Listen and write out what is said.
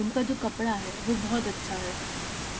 उनका जो कपड़ा है वो बहुत अच्छा है